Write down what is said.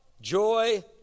joy